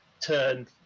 turn